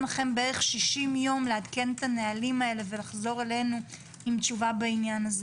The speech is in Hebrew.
לכם כ-60 יום לעדכן את הנהלים האלה ולחזור עם תשובה בעניין.